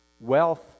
wealth